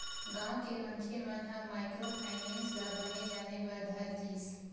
गाँव के मनखे मन ह माइक्रो फायनेंस ल बने जाने बर धर लिस